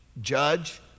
judge